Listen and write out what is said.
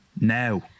now